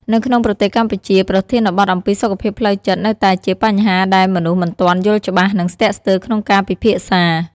នៅក្នុងប្រទេសកម្ពុជា ប្រធានបទអំពីសុខភាពផ្លូវចិត្តនៅតែជាបញ្ហាដែលមនុស្សមិនទាន់យល់ច្បាស់ និងស្ទាក់ស្ទើរក្នុងការពិភាក្សា។